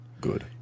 Good